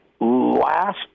Last